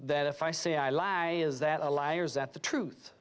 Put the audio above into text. that if i say i lie is that a liar is that the truth